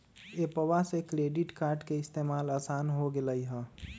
एप्पवा से credit card के इस्तेमाल असान हो गेलई ह